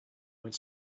went